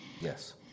Yes